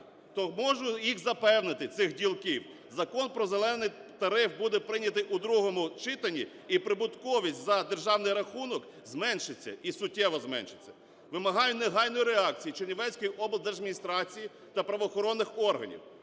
можу їх запевнити, цих ділків, Закон про "зелений" тариф буде прийнятий у другому читанні і прибутковість за державний рахунок зменшиться, і суттєво зменшиться. Вимагаю негайної реакції Чернівецької облдержадміністрації та правоохоронних органів.